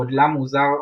גודלם מוזער,